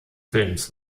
films